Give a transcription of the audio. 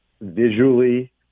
visually